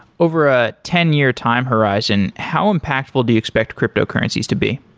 over a ten year time horizon, how impactful do you expect cryptocurrencies to be?